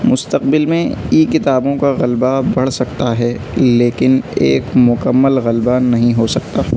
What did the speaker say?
مستقبل میں ای کتابوں کا غلبہ بڑھ سکتا ہے لیکن ایک مکمل غلبہ نہیں ہو سکتا